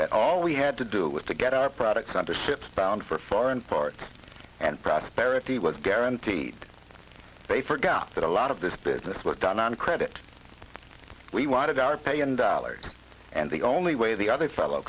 that all we had to do was to get our products under ships bound for foreign parts and prosperity was guaranteed they forgot that a lot of this business were done on credit we wanted our pay and hours and the only way the other fellow